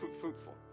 fruitful